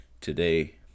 Today